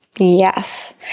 Yes